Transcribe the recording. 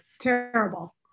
terrible